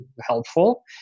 helpful